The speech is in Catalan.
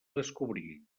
descobrir